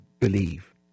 believe